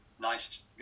nice